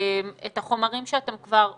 את החומרים שאתם כבר הוצאתם.